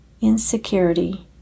Insecurity